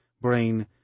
brain